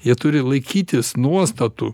jie turi laikytis nuostatų